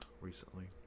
recently